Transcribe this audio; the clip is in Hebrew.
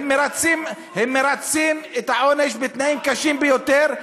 הם מרצים את העונש בתנאים קשים ביותר,